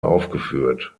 aufgeführt